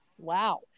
wow